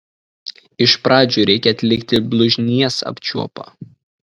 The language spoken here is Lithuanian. iš pradžių reikia atlikti blužnies apčiuopą